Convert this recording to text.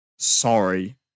Sorry